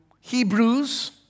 Hebrews